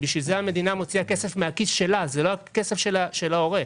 לכן המדינה מוציאה כסף מהכיס שלה; זהו לא הכסף של ההורה.